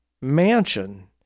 mansion